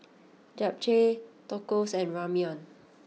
Japchae Tacos and Ramyeon